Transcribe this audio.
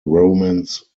romance